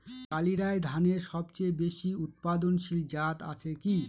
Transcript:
কালিরাই ধানের সবচেয়ে বেশি উৎপাদনশীল জাত আছে কি?